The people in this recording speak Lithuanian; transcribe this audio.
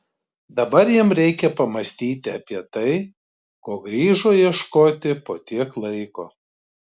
dabar jam reikia pamąstyti apie tai ko grįžo ieškoti po tiek laiko